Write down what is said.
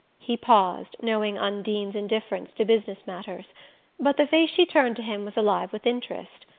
he paused, knowing undine's indifference to business matters but the face she turned to him was alive with interest.